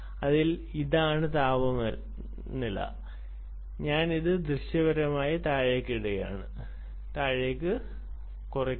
അതിനാൽ ഇതാണ് താപനില ഞാൻ അത് ദൃശ്യപരമായി താഴെയിടുകയാണ് അവിടെ ഒരു ബാൻഡ് ഉണ്ട്